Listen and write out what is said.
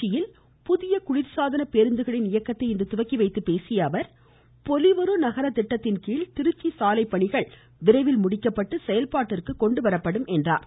திருச்சியில் புதிய குளிர்சாதன பேருந்துகளின் இயக்கத்தை இன்று துவக்கி வைத்து பேசிய அவர் திருச்சியில் பொலிவுறு நகர திட்டத்தின்கீழ் சாலைப்பணிகள் விரைவில் முடிக்கப்பட்டு செயல்பாட்டிற்கு கொண்டுவரப்படும் என்றார்